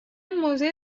موضع